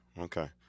Okay